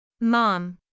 Mom